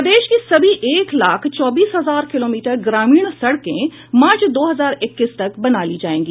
प्रदेश की सभी एक लाख चौबीस हजार किलोमीटर ग्रामीण सड़के मार्च दो हजार इक्कीस तक बना ली जायेगी